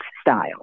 style